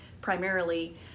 primarily